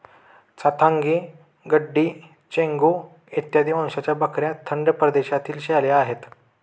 चांथागी, गड्डी, चेंगू इत्यादी वंशाच्या बकऱ्या थंड प्रदेशातील शेळ्या आहेत